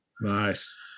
Nice